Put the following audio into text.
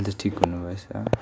अहिले त ठिक हुनु भएछ